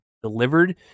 delivered